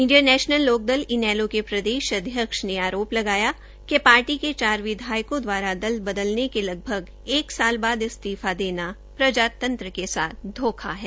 Indian National Lok Dal Inelo के प्रदेश अध्यक्ष ने आरोप लगाया कि पार्टी के चार विधायकों द्वारा दल बदलने के लगभग एक साल बाद इस्तीफा देना प्रजातंत्र के साथ धोखा है